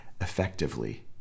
effectively